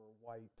white